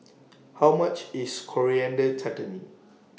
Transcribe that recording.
How much IS Coriander Chutney